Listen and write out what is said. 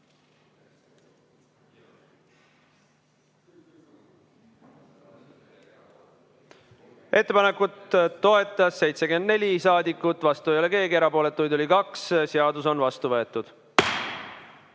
Ettepanekut toetas 74 rahvasaadikut, vastu ei ole keegi, erapooletuid oli 2. Seadus on vastu võetud.